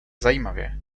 zajímavě